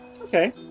okay